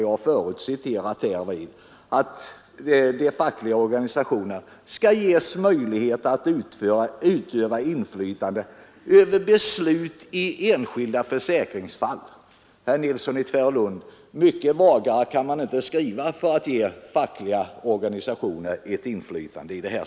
Jag har förut citerat vad där står, nämligen att ”de fackliga organisationerna skall ges möjlighet att utöva inflytande över beslut i enskilda försäkringsfall”. Mycket vagare kan man inte skriva för att ge fackliga organisationer inflytande!